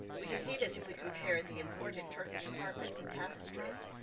we can see this if we compare the imported turkish carpets and tapestries,